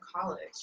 college